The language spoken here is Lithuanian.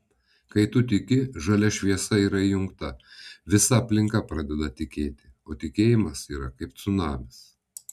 kai tu tiki žalia šviesa yra įjungta visa aplinka pradeda tikėti o tikėjimas yra kaip cunamis